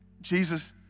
Jesus